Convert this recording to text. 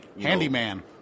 handyman